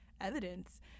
evidence